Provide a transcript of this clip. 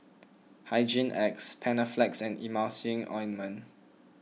Hygin X Panaflex and Emulsying Ointment